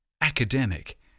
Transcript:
academic